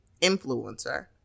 influencer